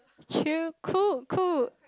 chill cool cool